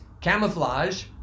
camouflage